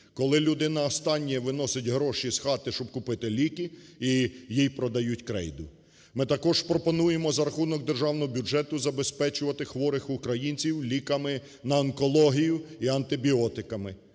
коли людина останні виносить гроші з хати, щоб купити ліки, і їй продають крейду. Ми також пропонуємо за рахунок державного бюджету забезпечувати хворих українців ліками на онкологію і антибіотиками.